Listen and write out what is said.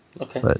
Okay